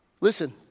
listen